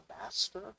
Master